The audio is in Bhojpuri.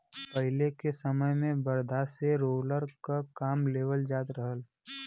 पहिले के समय में बरधा से रोलर क काम लेवल जात रहल